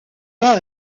pas